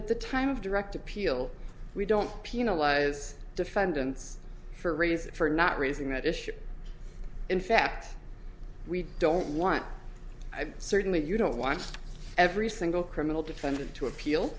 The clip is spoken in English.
at the time of direct appeal we don't penalize defendants for a raise for not raising that issue in fact we don't want i certainly you don't watch every single criminal defendant to appeal